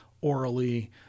orally